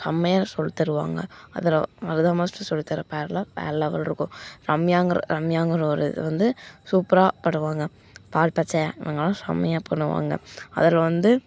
செம்மையா சொல்லி தருவாங்க அதில் வரதா மாஸ்டர் சொல்லி தர்ற பேர்லாம் வேறு லெவல் இருக்கும் ரம்யாங்கிற ரம்யாங்கிற ஒரு இது வந்து சூப்பராக ஆடுவாங்க பால் பச்சை இவங்கள்லாம் செம்மையா பண்ணுவாங்க அதில் வந்து